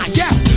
yes